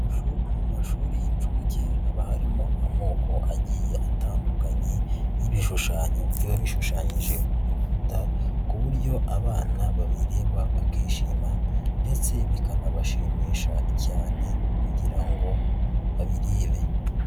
Mu mashuri y'incuke haba harimo amoko agiye atandukanye y'ibishushanyo, byari bishushanyije ku bikuta ,ku buryo abana babirireba bakishima ndetse bikanabashimisha cyane kugira ngo babirebe.